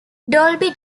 dolby